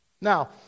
Now